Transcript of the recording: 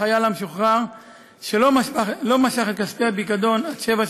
החייל המשוחרר שלא משך את כספי הפיקדון עד שבע שנים,